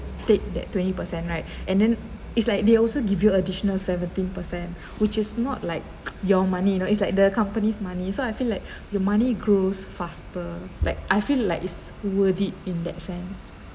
take that twenty percent right and then it's like they also give you additional seventeen percent which is not like your money you know it's like the company's money so I feel like your money grows faster like I feel like it's worth it in that sense